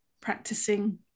practicing